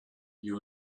you